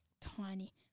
Tiny